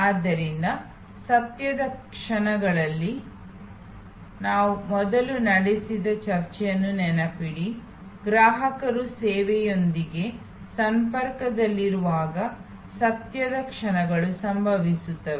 ಆದ್ದರಿಂದ ಸತ್ಯದ ಕ್ಷಣಗಳಲ್ಲಿ ನಾವು ಮೊದಲು ನಡೆಸಿದ ಚರ್ಚೆಯನ್ನು ನೆನಪಿಡಿ ಗ್ರಾಹಕರು ಸೇವೆಯೊಂದಿಗೆ ಸಂಪರ್ಕದಲ್ಲಿರುವಾಗ ಸತ್ಯದ ಕ್ಷಣಗಳು ಸಂಭವಿಸುತ್ತವೆ